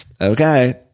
Okay